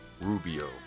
Rubio